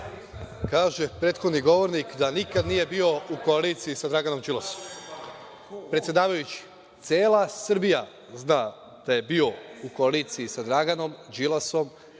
Kaže prethodni govornik da nikad nije bio u koaliciji sa Draganom Đilasom. Predsedavajući, cela Srbija zna da je bio u koaliciji sa Draganom Đilasom